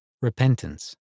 Repentance